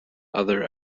other